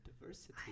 diversity